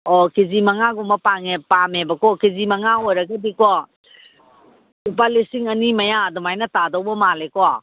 ꯑꯣ K G ꯃꯉꯥꯒꯨꯝꯕ ꯄꯥꯝꯃꯦꯕꯀꯣ ꯀꯦ ꯖꯤ ꯃꯉꯥ ꯑꯣꯏꯔꯒꯗꯤꯀꯣ ꯂꯨꯄꯥ ꯂꯤꯁꯤꯡ ꯑꯅꯤ ꯃꯌꯥ ꯑꯗꯨꯃꯥꯏꯅ ꯇꯥꯗꯧꯕ ꯃꯥꯜꯂꯦꯀꯣ